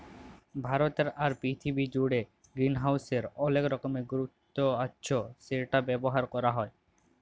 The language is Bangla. ভারতে আর পীরথিবী জুড়ে গ্রিনহাউসের অলেক রকমের গুরুত্ব আচ্ছ সেটা ব্যবহার ক্যরা হ্যয়